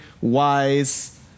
wise